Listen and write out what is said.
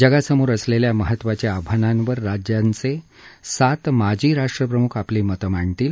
जगासमोर असलेल्या महत्वांच्या आव्हानांवर राज्याचे सात माजी राष्ट्रप्रमुख आपली मते मांडतील